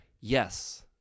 yes